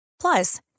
Plus